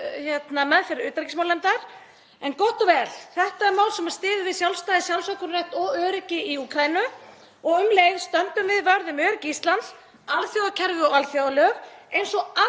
meðferð utanríkismálanefndar. En gott og vel. Þetta er mál sem styður við sjálfstæði sjálfsákvörðunarrétt og öryggi í Úkraínu og um leið stöndum við vörð um öryggi Íslands, alþjóðakerfi og alþjóðalög eins og